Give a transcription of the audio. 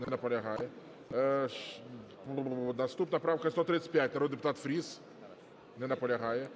Не наполягає. Наступна правка - 135, народний депутат Фріс. Не наполягає.